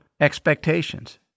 expectations